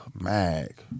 Mag